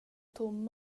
tom